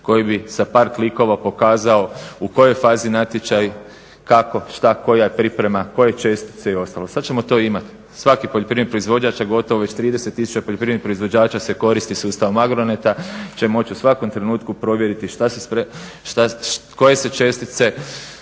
koji bi sa par klikova pokazao u kojoj fazi je natječaj, kako, šta, koja je priprema, koje čestice i ostalo. Sad ćemo to imat. Svaki poljoprivredni proizvođač, a gotovo već 30000 poljoprivrednih proizvođača se koristi sustavom agroneta će moći u svakom trenutku provjeriti koje se čestice